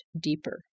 deeper